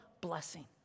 blessing